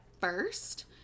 first